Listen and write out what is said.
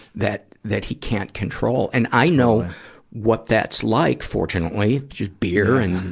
that, that he can't control. and i know what that's like, fortunately just beer and,